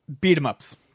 Beat-em-ups